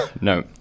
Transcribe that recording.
No